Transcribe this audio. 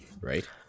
right